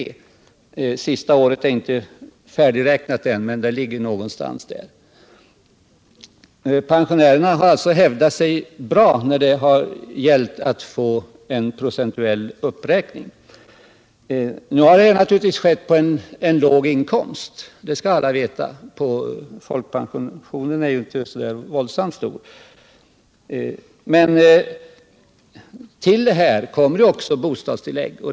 Det senaste året är ännu inte färdigräknat, men det rör sig om ungefär denna siffra. Pensionärerna har alltså hävdat sig bra när det gällt att få en procentuell uppräkning, men alla skall veta att uppräkningen skett på basis av en låg inkomst. Folkpensionen är ju inte så särskilt stor. Härtill kommer emellertid bostadstillägg.